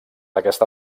aquesta